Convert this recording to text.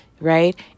right